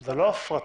זה לא הפרטה.